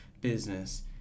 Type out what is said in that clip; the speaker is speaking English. business